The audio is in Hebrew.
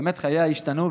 באמת חייה השתנו,